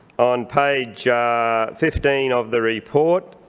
on page fifteen of the report,